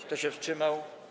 Kto się wstrzymał?